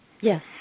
Yes